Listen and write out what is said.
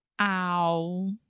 Ow